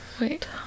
wait